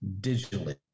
digitally